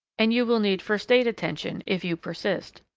and you will need first-aid attention if you persist.